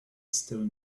still